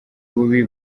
bubi